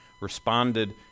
responded